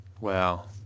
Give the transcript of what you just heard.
Wow